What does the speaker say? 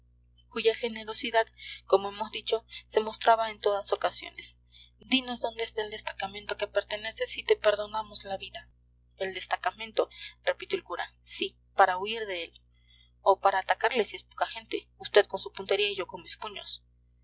cuya generosidad como hemos dicho se mostraba en todas ocasiones dinos dónde está el destacamento a que perteneces y te perdonamos la vida el destacamento repitió el cura sí para huir de él o para atacarle si es poca gente usted con su puntería y yo con mis puños